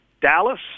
Dallas